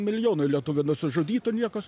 milijonai lietuvių nusižudytų niekas